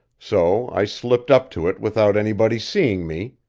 so i slipped up to it without anybody seeing me,